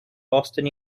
boston